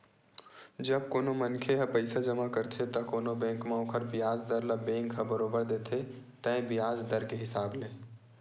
जब कोनो मनखे ह पइसा जमा करथे त कोनो बेंक म ओखर बियाज दर ल बेंक ह बरोबर देथे तय बियाज दर के हिसाब ले